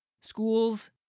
schools